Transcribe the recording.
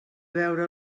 veure